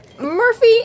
Murphy